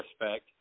respect